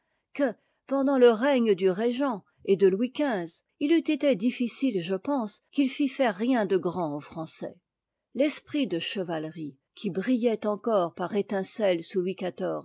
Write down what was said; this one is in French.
que pendant le règne du régent et de louis xv il eût été difficile je pense qu'il fît faire rien de grand aux français l'esprit de chevalerie qui brillaitencore par étincelles sous louis